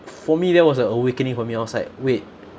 for me that was a awakening for me I was like wait